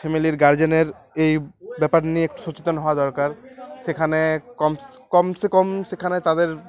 ফ্যামিলির গার্জেনের এই ব্যাপার নিয়ে একটু সচেতন হওয়া দরকার সেখানে কম কমস কম সেখানে তাদের